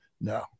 no